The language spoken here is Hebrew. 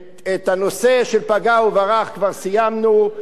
את הנושא של פגע-וברח כבר סיימנו,